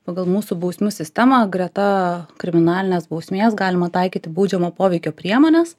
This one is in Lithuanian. pagal mūsų bausmių sistemą greta kriminalinės bausmės galima taikyti baudžiamo poveikio priemones